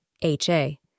HA